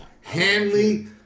Hanley